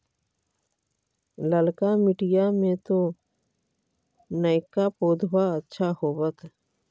ललका मिटीया मे तो नयका पौधबा अच्छा होबत?